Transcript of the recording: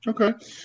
Okay